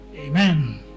Amen